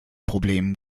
problemen